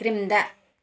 క్రింద